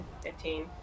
fifteen